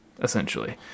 essentially